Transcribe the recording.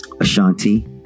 ashanti